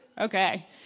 Okay